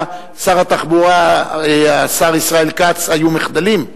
שר התחבורה השר ישראל כץ היו מחדלים?